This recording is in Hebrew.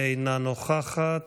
אינה נוכחת,